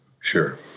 Sure